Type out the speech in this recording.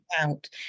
out